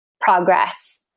progress